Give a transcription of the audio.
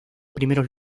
primeros